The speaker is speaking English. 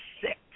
sick